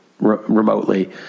remotely